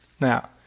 Now